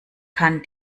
kann